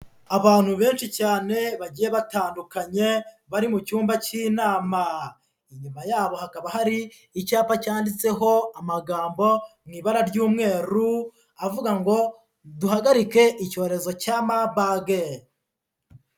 Abantu benshi cyane bagiye batandukanye bari mu cyumba cy'inama, inyuma yabo hakaba hari icyapa cyanditseho amagambo mu ibara ry'umweru avuga ngo ''Duhagarike icyorezo cya Marburg.''